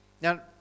Now